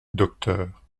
docteur